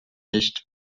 nicht